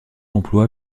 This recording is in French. emploie